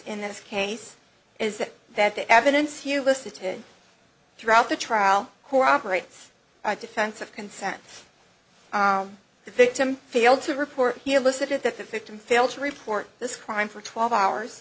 in this case is that the evidence you listed to throughout the trial who operates a defense of consent the victim failed to report elicited that the victim failed to report this crime for twelve hours